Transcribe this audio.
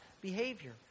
behavior